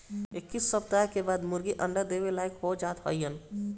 इक्कीस सप्ताह के बाद मुर्गी अंडा देवे लायक हो जात हइन